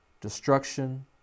Destruction